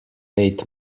eight